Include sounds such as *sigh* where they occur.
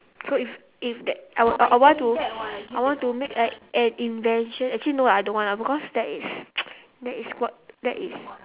so if if that I want I I want to I want to make like an invention actually no lah I don't want ah because that is *noise* that is what that is